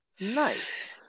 Nice